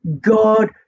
God